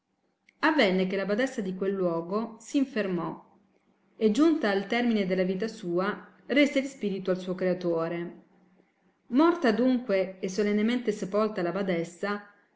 avenne che la badessa di quel luogo s infermò e giunta al termine della vita sua rese il spirito al suo creatore morta adunque e solennemente sepolta la badessa